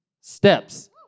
steps